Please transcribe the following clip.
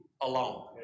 alone